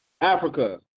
Africa